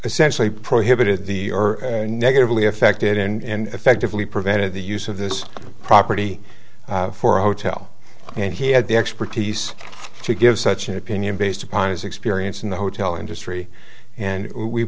essentially prohibited the or and negatively affected and effectively prevented the use of this property for a hotel and he had the expertise to give such an opinion based upon his experience in the hotel industry and we